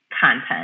content